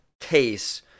case